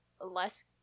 less